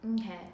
okay